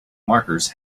markers